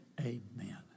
amen